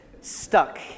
stuck